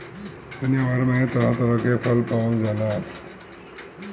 दुनिया भर में तरह तरह के फल पावल जाला